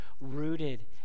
rooted